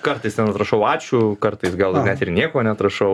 kartais ten atrašau ačiū kartais gal net ir nieko neatrašau